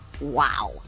Wow